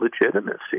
legitimacy